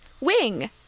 Wing